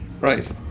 Right